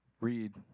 Read